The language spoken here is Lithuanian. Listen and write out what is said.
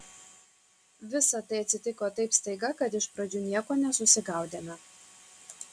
visa tai atsitiko taip staiga kad iš pradžių nieko nesusigaudėme